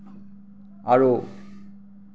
আৰু